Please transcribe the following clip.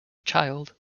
child